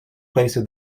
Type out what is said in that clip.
placer